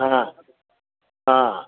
ହଁ ହଁ